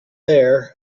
there